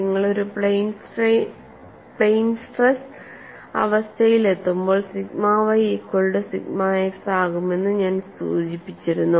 നിങ്ങൾ ഒരു plane stress അവസ്ഥയിൽ എത്തുമ്പോൾ sigma y equal to sigma x ആകുമെന്ന് ഞാൻ സൂചിപ്പിച്ചിരുന്നു